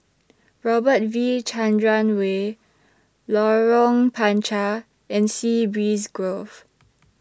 Robert V Chandran Way Lorong Panchar and Sea Breeze Grove